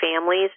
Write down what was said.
families